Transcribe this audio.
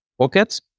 pockets